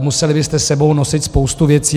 Museli byste s sebou nosit spoustu věcí.